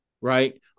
right